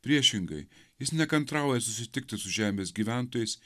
priešingai jis nekantrauja susitikti su žemės gyventojais